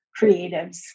creatives